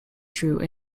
true